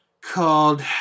called